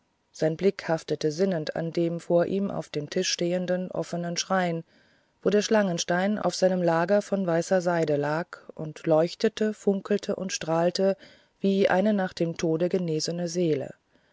sein blick haftete sinnend an dem vor ihm auf dem tische stehenden offenen schrein wo der schlangenstein auf seinem lager von weißer seide lag und leuchtete funkelte und strahlte wie eine nach dem tode genesene seele